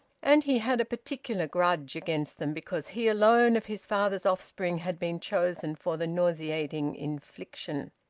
and he had a particular grudge against them because he alone of his father's offspring had been chosen for the nauseating infliction.